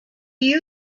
you